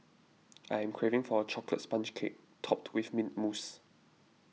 I'm craving for a Chocolate Sponge Cake Topped with Mint Mousse